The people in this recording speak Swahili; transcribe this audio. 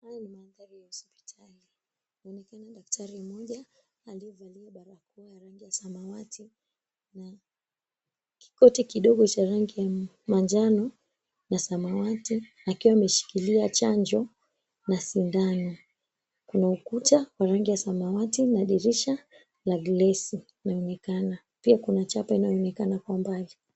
Haya ni mandhari ya hospitali. Kunaonekana daktari mmoja aliyevalia barakoa ya rangi ya samawati, na kikoti kidogo cha rangi ya manjano na samawati. Akiwa ameshikilia chanjo na sindano. Kuna ukuta wana rangi ya samawati, na dirisha la glasi inaonekana. Pia kuna chapa inayoonekana kwa mbali.